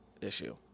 issue